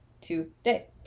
today